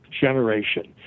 generation